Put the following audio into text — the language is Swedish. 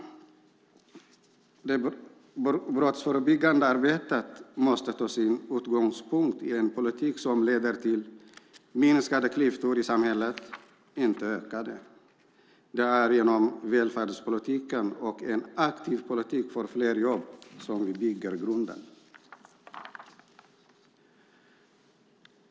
Det brottsförebyggande arbetet måste ta sin utgångspunkt i den politik som leder till minskade klyftor i samhället, inte ökade. Det är genom välfärdspolitiken och en aktiv politik för fler jobb som vi bygger grunden.